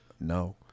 No